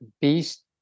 beast